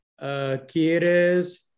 quieres